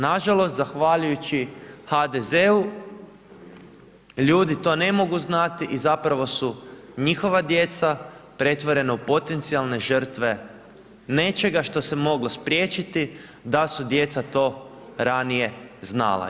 Nažalost zahvaljujući HDZ-u, ljudi to ne mogu znati i zapravo su njihova djeca pretvorena u potencijalne žrtve nečega što se moglo spriječiti da su djeca to ranije znala.